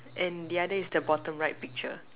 and the other is the bottom right picture